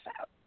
out